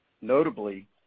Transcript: Notably